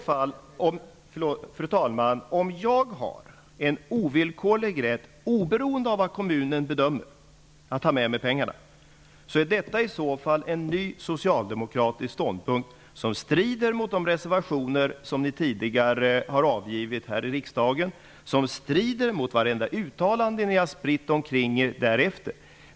Fru talman! Om jag som elev har en ovillkorlig rätt, oberoende av kommunens bedömning, att ta med mig pengarna, är detta i så fall en ny socialdemokratisk ståndpunkt som strider mot de reservationer som ni tidigare har avgivit här i riksdagen och som strider mot vartenda uttalande som ni har spritt omkring er därefter.